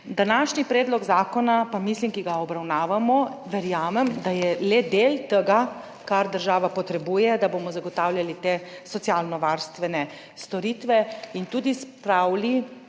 Današnji predlog zakona, ki ga obravnavamo, pa mislim oziroma verjamem, da je le del tega, kar država potrebuje, da bomo zagotavljali te socialnovarstvene storitve in tudi spravili